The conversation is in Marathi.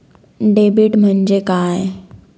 डेबिट म्हणजे काय?